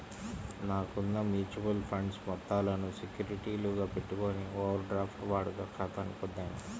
నాకున్న mutual funds మొత్తాలను సెక్యూరిటీలుగా పెట్టుకొని ఓవర్ డ్రాఫ్ట్ వాడుక ఖాతాని పొందాను